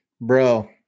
bro